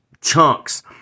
chunks